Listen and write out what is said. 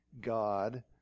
God